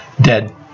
dead